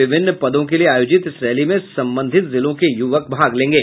विभिन्न पदों के लिये आयोजित इस रैली में संबंधित जिलों के युवक भाग लेंगे